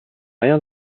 rien